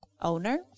owner